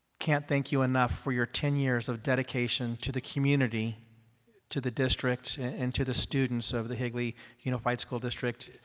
can't thank you enough for your ten years of dedication to the community to the district and to the students of the higley unified school district.